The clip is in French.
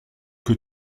que